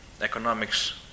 economics